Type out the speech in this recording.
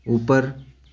ऊपर